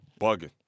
bugging